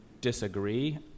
disagree